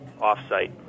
off-site